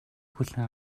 хүлээн